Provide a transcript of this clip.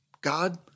God